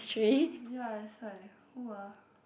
ya that's why who ah